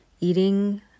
eating